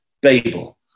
Babel